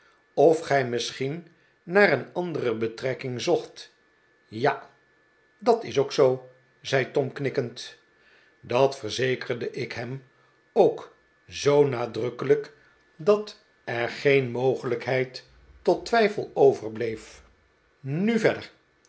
of gij misschien naar een andere betrekking zocht ja dat is ook zoo zei tom knikkend dat verzekerde ik hem ook zoo nadrukkelijk dat er geen mogelijkheid tot twijfel overbleef nu verder